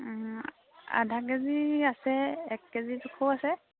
আধা কেজি আছে এক কেজি জোখৰো আছে